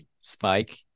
spike